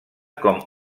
com